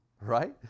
right